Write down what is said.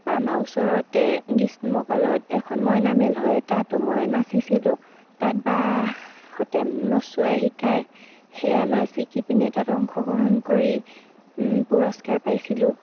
তাৰপৰা আমাৰ ওচৰতে গ্ৰীষ্মকালত এখন মইনামেল হয় তাতো মই নাচিছিলোঁ তাত বাহঁতে মোক নচোৱায় শিকায় সেয়া নাচ শিকি পেনি তাত অংশগ্ৰহণ কৰি পুৰষ্কাৰ পাইছিলোঁ